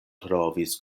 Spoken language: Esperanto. trovis